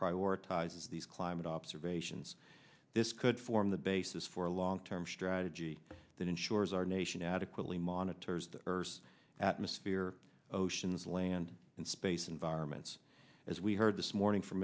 prioritize these climate observations this could form the basis for a long term strategy that ensures our nation adequately monitors the earth's atmosphere oceans land and space environments as we heard this morning from